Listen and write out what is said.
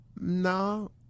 no